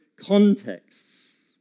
contexts